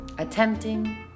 Attempting